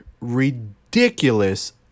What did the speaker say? ridiculous